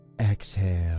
Exhale